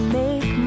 make